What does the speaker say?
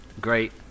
Great